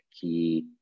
key